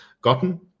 gotten